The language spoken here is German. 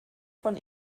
von